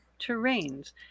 terrains